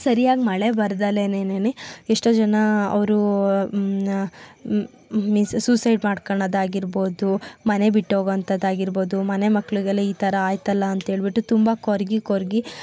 ಸರಿಯಾಗಿ ಮಳೆ ಬರ್ದಲೇನೆ ಎಷ್ಟೋ ಜನ ಅವರು ಮೀಸ್ ಸುಸೈಡ್ ಮಾಡ್ಕೊಳ್ಳೊದಾಗಿರ್ಬೋದು ಮನೆ ಬಿಟ್ಟು ಹೋಗೋಂಥದ್ದಾಗಿರ್ಬೋದು ಮನೆ ಮಕ್ಕಳಿಗೆಲ್ಲ ಈ ಥರ ಆಯಿತಲ್ಲಂತ ಹೇಳ್ಬಿಟ್ಟು ತುಂಬ ಕೊರಗಿ ಕೊರಗಿ